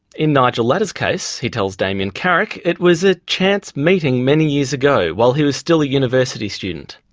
in nigel latta's case, he tells damien carrick, it was a chance meeting many years ago while he was still a university student.